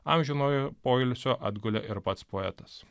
amžinojo poilsio atgulė ir pats poetas